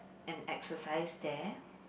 and exercise there